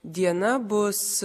diena bus